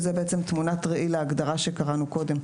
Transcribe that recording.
וזה בעצם תמונת ראי להגדרה שקראנו קודם,